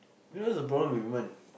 you know what's the problem with women